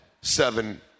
seven